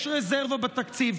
יש רזרבה בתקציב,